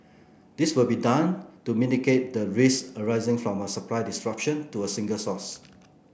this will be done to mitigate the risks arising from a supply disruption to a single source